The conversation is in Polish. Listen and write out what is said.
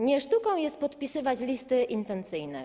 Nie sztuką jest podpisywać listy intencyjne.